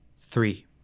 Three